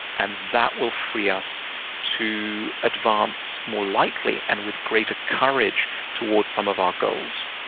and that will free us to advance more likely and with greater courage towards some of our goals.